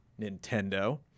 Nintendo